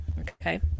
okay